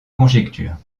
conjectures